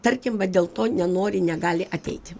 tarkim va dėl to nenori negali ateiti